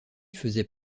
faisait